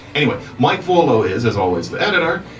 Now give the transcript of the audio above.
anyway, mike volo is as always, the editor.